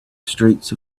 streets